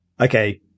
Okay